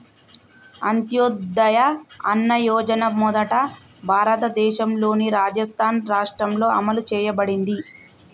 అంత్యోదయ అన్న యోజన మొదట భారతదేశంలోని రాజస్థాన్ రాష్ట్రంలో అమలు చేయబడింది